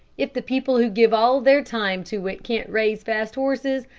if the people who give all their time to it can't raise fast horses,